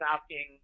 asking